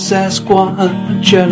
Sasquatch